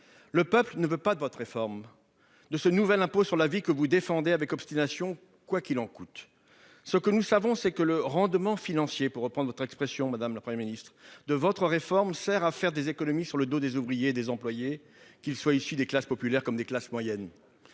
Il ne veut pas de votre réforme, de ce nouvel impôt sur la vie que vous défendez avec obstination, quoi qu'il en coûte. Ce que nous savons, c'est que le « rendement financier »- pour reprendre votre expression, madame la Première ministre -de votre réforme sert à faire des économies sur le dos des ouvriers et des employés, qu'ils soient issus des classes populaires ou des classes moyennes.